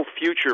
future